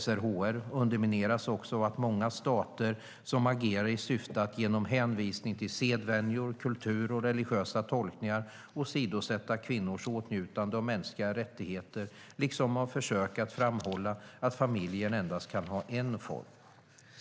SRHR undermineras också av de många stater som agerar i syfte att genom hänvisning till sedvänjor, kultur och religiösa tolkningar åsidosätta kvinnors åtnjutande av mänskliga rättigheter, liksom av försök att framhålla att familjen endast kan ha en form.